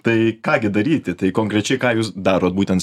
tai ką gi daryti tai konkrečiai ką jūs darot būtent